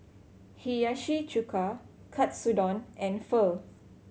Hiyashi Chuka Katsudon and Pho